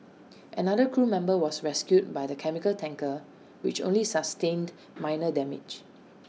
another crew member was rescued by the chemical tanker which only sustained minor damage